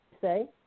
say